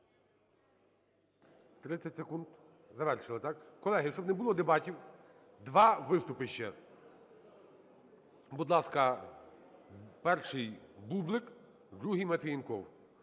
30 секунд. Завершили, так? Колеги, щоб не було дебатів, два виступи ще. Будь ласка, перший - Бублик, другий - Матвієнков.